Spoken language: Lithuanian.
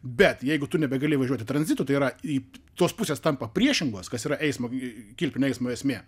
bet jeigu tu nebegali važiuoti tranzitu tai yra į tos pusės tampa priešingos kas yra eismo kilpinio eismo esmė